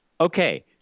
Okay